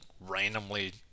randomly